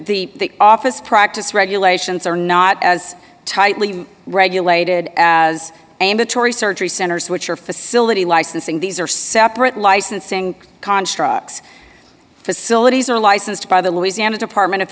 the office practice regulations are not as tightly regulated as amatory surgery centers which are facility licensing these are separate licensing constructs facilities are licensed by the louisiana department of